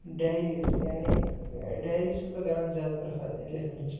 diaries یعنی diary چھُس بہٕ کَران زیادٕ پرٛٮ۪فَر لیکھنٕچ